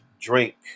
drink